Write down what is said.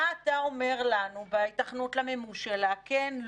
מה אתה אומר לנו בהיתכנות למימוש שלה כן,